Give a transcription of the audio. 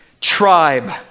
tribe